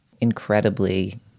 incredibly